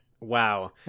wow